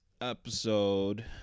episode